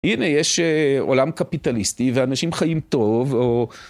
הנה, יש עולם קפיטליסטי ואנשים חיים טוב, או...